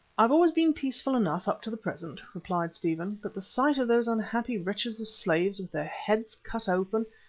i've always been peaceful enough up to the present, replied stephen. but the sight of those unhappy wretches of slaves with their heads cut open,